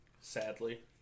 Sadly